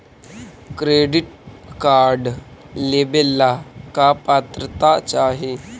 Credit card लेवेला का पात्रता चाही?